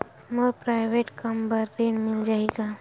मोर private कम बर ऋण मिल जाही का?